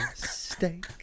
mistake